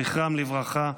זכרם לברכה,